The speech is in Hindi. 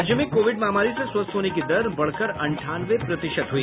राज्य में कोविड महामारी से स्वस्थ होने की दर बढ़कर अंठानवे प्रतिशत हुई